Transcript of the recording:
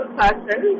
person